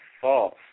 false